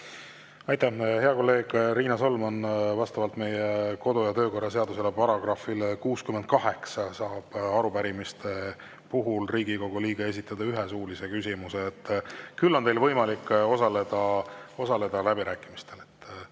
Aitäh! Hea kolleeg Riina Solman! Vastavalt meie kodu‑ ja töökorra seaduse §‑le 68 saab arupärimiste puhul Riigikogu liige esitada ühe suulise küsimuse. Küll on teil võimalik osaleda läbirääkimistel.